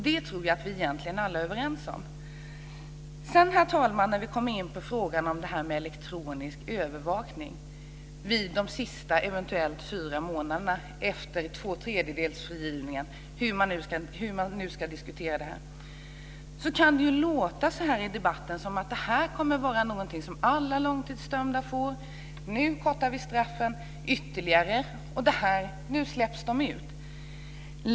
Det tror jag att vi alla egentligen är överens om. När vi sedan, herr talman, kommer in på frågan om elektronisk övervakning i samband med de sista eventuellt fyra månaderna efter tvåtredjedelsfrigivningen - eller hur det nu diskuteras - kan det i debatten låta som att det här kommer att vara något som alla långtidsdömda får; nu kortar vi straffen ytterligare och nu släpps de ut.